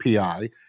API